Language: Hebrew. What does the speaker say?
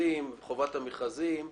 חובת המכרזים,